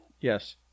Yes